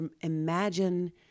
imagine